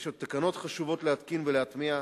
יש עוד תקנות חשובות להתקין ולהטמיע,